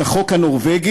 את החוק הנורבגי,